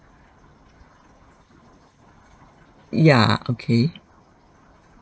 yeah okay